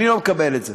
אני לא מקבל את זה.